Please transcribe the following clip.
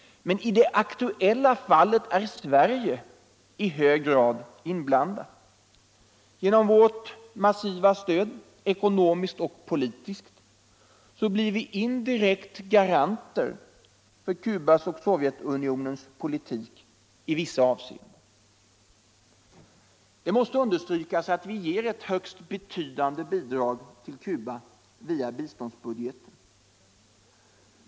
Men i det aktuella fallet är Sverige i hög grad inblandat. Genom vårt stöd, ekonomiskt och politiskt, blir vi indirekt garanter för Cubas och Sovjetunionens politik i vissa avseenden. Det måste understrykas att vi ger ett betydande bidrag till Cuba via biståndsbudgeten.